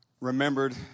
remembered